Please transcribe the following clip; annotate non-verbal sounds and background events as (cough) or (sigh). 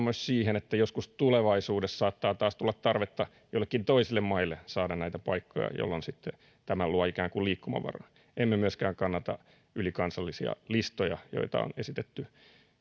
(unintelligible) myös siihen että joskus tulevaisuudessa saattaa taas tulla tarvetta joillekin toisille maille saada näitä paikkoja jolloin sitten tämä luo ikään kuin liikkumavaraa emme myöskään kannata ylikansallisia listoja joita on esitetty